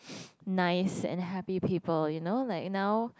nice and happy people you know like now